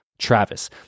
Travis